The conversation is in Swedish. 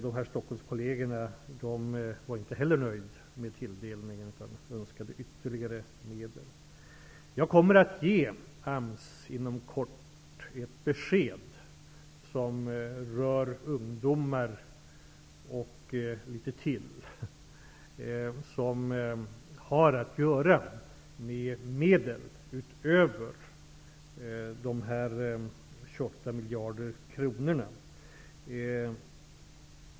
Dessa Stockholmskolleger var inte heller de nöjda med tilldelningen utan önskade ytterligare medel. Jag kommer inom kort att ge AMS besked som rör bl.a. ungdomar och som har att göra med medel utöver dessa 28 miljarder kronor.